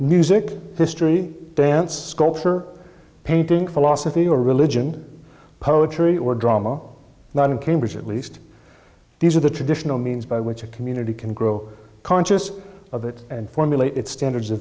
music history dance sculpture painting philosophy or religion poetry or drama not in cambridge at least these are the traditional means by which a community can grow conscious of it and formulate its standards of